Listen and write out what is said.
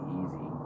easy